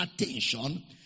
attention